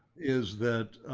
is that